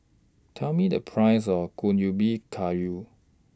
Tell Me The Price of Kuih Ubi Kayu